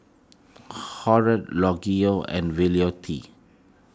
Harold Rogelio and Violette